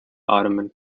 ottoman